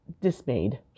dismayed